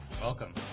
welcome